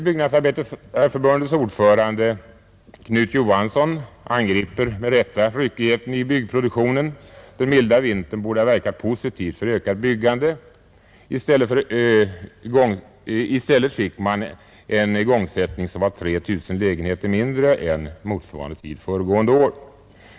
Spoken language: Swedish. Byggnadsarbetareförbundets ordförande Knut Johansson angriper med rätta ryckigheten i byggnadsproduktionen, Den milda vintern borde ha verkat positivt för ökat byggande; i stället fick man en igångsättning som var 3 000 lägenheter mindre än motsvarande tid föregående år.